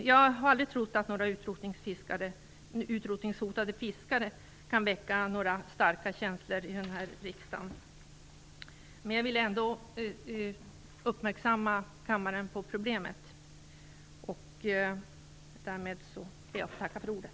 Jag har aldrig trott att några utrotningshotade fiskare kan väcka några starka känslor i denna riksdag, men jag vill ändå uppmärksamma kammaren på problemet. Därmed ber jag att få tacka för ordet.